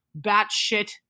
batshit